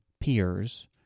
peers